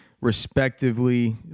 respectively